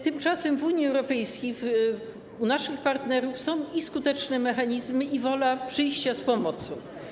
Tymczasem w Unii Europejskiej, u naszych partnerów są i skuteczne mechanizmy, i wola przyjścia z pomocą.